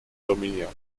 dominiert